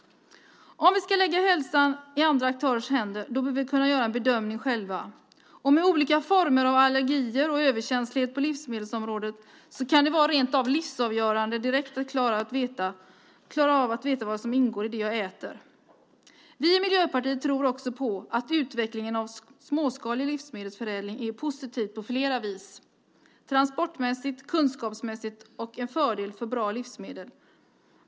Om vi ska lägga hälsan i andra aktörers händer behöver vi kunna göra en bedömning själva. Med de olika former av allergi och överkänslighet som finns på livsmedelsområdet kan det vara direkt livsavgörande att jag vet vad som ingår i det jag äter. Vi i Miljöpartiet tror också att utvecklingen av småskalig livsmedelsförädling är positiv på flera vis - transportmässigt, kunskapsmässigt och för att vi ska få bra livsmedel.